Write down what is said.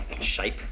shape